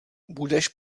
budeš